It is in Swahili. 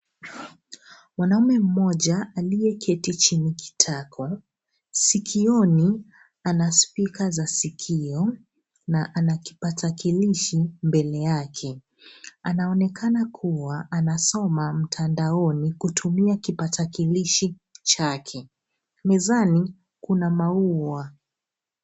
Mwanaume mmoja aliyeketi chini kitako. Sikioni ana spika za sikio, na ana kipakatalishi mbele yake. Anaonekana kua anasoma mtandaoni, kutumia kipakatalishi chake. Mezani kuna maua.